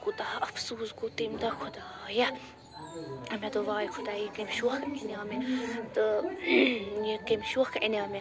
مےٚ کوٗتاہ افسوٗس گوٚو تَمہِ دۄہ خۄدایا مےٚ دوٚپ واے خۄدایا یہِ کمہِ شوقہٕ اَنیٛاو مےٚ تہٕ یہِ کمہِ شوقہٕ اَنیٛاو مےٚ